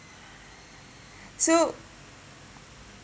so